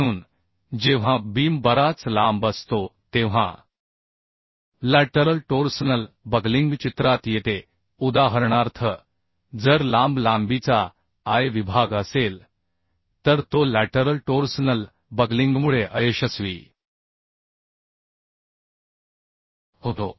म्हणून जेव्हा बीम बराच लांब असतो तेव्हा बाजूकडील टोर्सनल बकलिंग चित्रात येते उदाहरणार्थ जर लांब लांबीचा I विभाग असेल तर तो बाजूकडील टोर्सनल बकलिंगमुळे अयशस्वी होतो